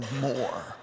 more